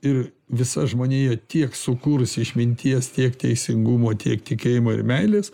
ir visa žmonija tiek sukūrus išminties tiek teisingumo tiek tikėjimo ir meilės